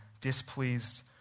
displeased